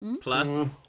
plus